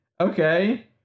Okay